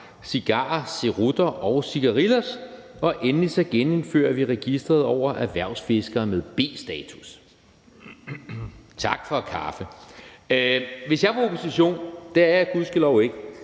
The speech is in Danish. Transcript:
cigarer, cerutter og cigarillos. Og endelig genindfører vi registeret over erhvervsfiskere med B-status. Tak for kaffe. Hvis jeg var opposition – det er jeg gudskelov ikke,